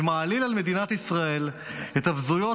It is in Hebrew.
ומעליל על מדינת ישראל את הבזויות,